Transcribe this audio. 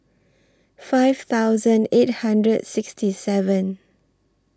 five thousand eight hundred sixty seven